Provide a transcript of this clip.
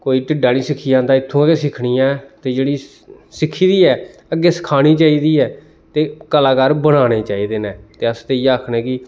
कोई ढिड्ढा निं सिक्खियै औंदा इत्थुआं गै सिक्खनी ऐ ते जेह्ड़ी सिक्खी दी ऐ अग्गें सखानी चाहिदी ऐ ते कलाकार बनाने चाहिदे न ते अस ते इ'यै आखने आं कि